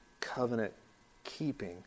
covenant-keeping